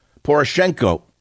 Poroshenko